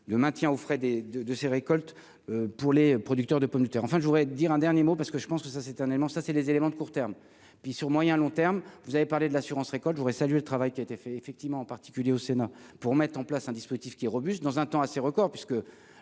le maintient au frais des de de ses récoltes pour les producteurs de pommes de terre, enfin, je voudrais dire un dernier mot, parce que je pense que ça c'est un élément ça c'est les éléments de court terme, puis sur moyen long terme, vous avez parlé de l'assurance-récolte je voudrais saluer le travail qui a été fait, effectivement, en particulier au sénat pour mettre en place un dispositif qui robuste dans un temps assez record puisque